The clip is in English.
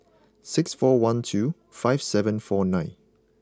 six four one two five seven four nine